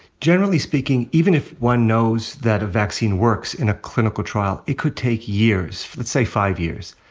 generally speaking, even if one knows that a vaccine works in a clinical trial, it could take years. let's say, five years.